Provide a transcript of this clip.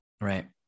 Right